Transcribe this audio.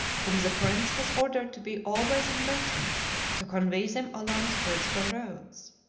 whom the prince has ordered to be always in waiting to convey them along the principal roads.